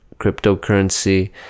cryptocurrency